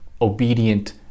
obedient